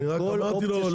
אני רק אמרתי לו,